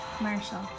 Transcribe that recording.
Marshall